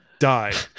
die